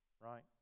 right